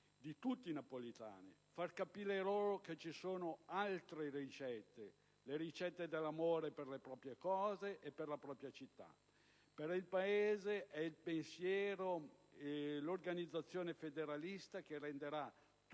di tutti i napoletani. Bisogna far capire loro che ci sono altre ricette come, per esempio, la ricetta dell'amore per le proprie cose e per la propria città. Nel Paese è il pensiero e l'organizzazione federalista che renderà tutti